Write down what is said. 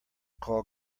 call